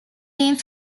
being